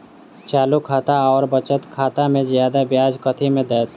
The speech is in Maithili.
चालू खाता आओर बचत खातामे जियादा ब्याज कथी मे दैत?